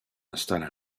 installe